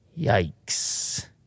Yikes